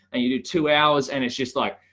and you do two hours and it's just like,